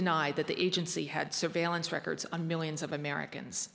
denied that the agency had surveillance records on millions of americans